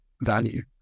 value